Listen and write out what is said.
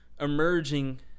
emerging